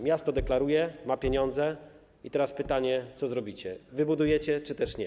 Miasto deklaruje, że ma pieniądze, i teraz pytanie, co zrobicie: Wybudujecie czy też nie?